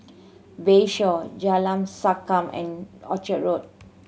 Bayshore Jalan Sankam and Orchard Road